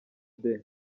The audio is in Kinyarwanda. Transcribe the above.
day